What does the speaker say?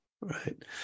right